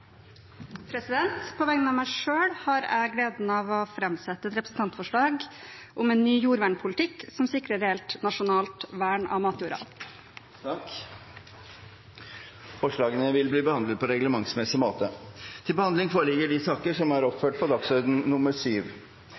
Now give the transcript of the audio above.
På vegne av meg selv har jeg gleden av å framsette et representantforslag om en ny jordvernpolitikk som sikrer reelt, nasjonalt vern av matjorda. Forslagene vil bli behandlet på reglementsmessig måte. Ingen har bedt om ordet. Dermed er